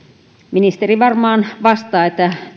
ministeri varmaan vastaa